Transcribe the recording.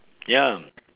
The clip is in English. ya